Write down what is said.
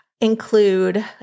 include